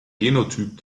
genotyp